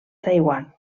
taiwan